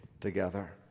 together